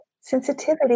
Sensitivity